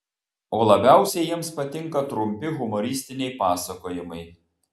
o labiausiai jiems patinka trumpi humoristiniai pasakojimai